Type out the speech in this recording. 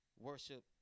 worship